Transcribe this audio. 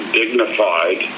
dignified